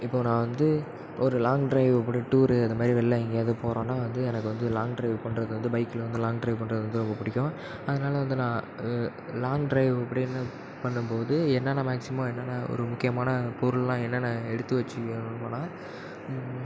இப்போது நான் வந்து ஒரு லாங் டிரைவ் ஒரு டூரு அது மாதிரி வெளில எங்கேயாது போகிறோன்னா வந்து எனக்கு வந்து லாங் டிரைவ் பண்ணுறது வந்து பைக்கில் வந்து லாங் டிரைவ் பண்ணுறது வந்து ரொம்ப பிடிக்கும் அதனால வந்து நான் லாங் டிரைவ் அப்படின்னு பண்ணும்போது என்னென்ன மேக்ஸிம் என்னென்ன ஒரு முக்கியமான பொருளெலாம் என்னென்ன எடுத்து வைச்சுக்க விரும்புவேன்னால்